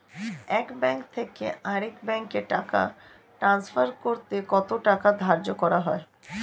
এক ব্যাংক থেকে আরেক ব্যাংকে টাকা টান্সফার করতে কত টাকা ধার্য করা হয়?